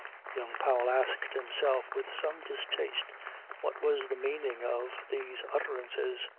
young powell asked himself with some distaste what was the meaning of these utterances.